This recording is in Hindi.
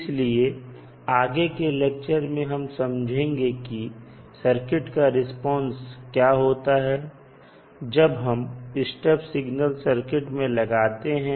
इसलिए आगे के लेक्चर में हम हम समझेंगे की सर्किट का रिस्पांस क्या होता है जब हम स्टेप सिग्नल सर्किट में लगाते हैं